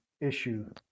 issue